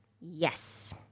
Yes